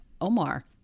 omar